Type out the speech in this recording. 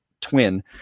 twin